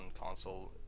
console